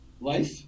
life